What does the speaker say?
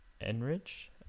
Enrich